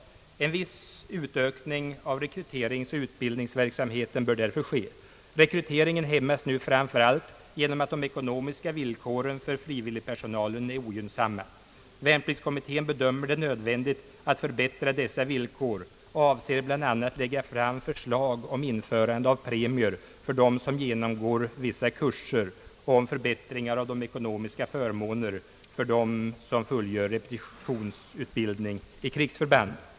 En viss utökning av rekryteringsoch utbildningsverksamheten bör därför ske. Rekryteringen hämmas nu framför allt genom att de ekonomiska villkoren för frivilligpersonalen är ogynnsamma. Värnpliktskommitten bedömer det nödvändigt att förbättra dessa villkor och avser bl.a. att lägga fram förslag om införande av premier för dem som genomgår vissa kurser och om förbättringar av de ekonomiska förmånerna för dem som fullgör repetitionsutbildning i krigsförband.